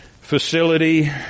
facility